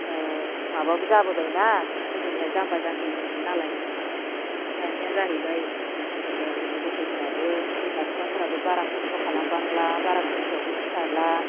ओ माबाबो जाबोबाय ना गोदोनिया जाम्बा जाम्बिनिमोननालाय आरो दानिया जाहैबाय ओ गथ' गथाइफोराबो बिमा बिफाफोराबो बारा खस्थ' खालाम बांला बारा खोमसियावबो सिखारला